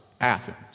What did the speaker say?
Athens